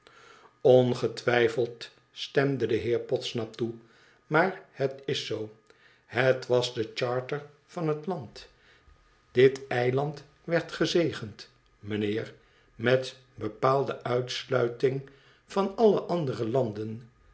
ongetwijfeld stemde de heer podsnap toe maar het is zoo het was de charter van het land dit eiland werd gezegend mijnheer met bepaalde uitsluiting van alle andere landen